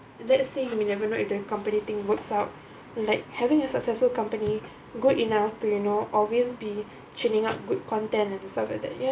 let's say you may never know if the company thing works out like having a successful company good enough to you know always be tuning up good content and stuff like that ya